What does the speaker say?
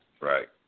right